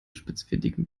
spitzfindigen